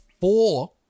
four